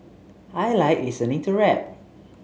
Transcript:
I like listening to rap